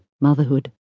motherhood